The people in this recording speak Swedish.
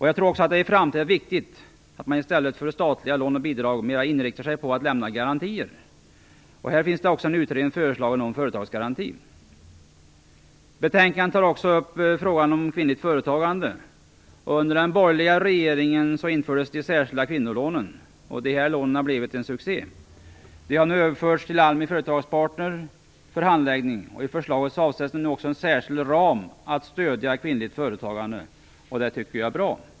Jag tror också att det i framtiden är viktigt att man i stället för statliga lån och bidrag mera inriktar sig på att lämna garantier. Här finns också en utredning föreslagen om företagsgaranti. Betänkandet tar också upp frågan om kvinnligt företagande. Under den borgerliga regeringen infördes de särskilda kvinnolånen. Dessa lån har blivit en succé. De har nu överförts till ALMI Företagspartner för handläggning. I förslag avsätts nu också en särskild ram för att stödja kvinnligt företagande, och det tycker jag är bra.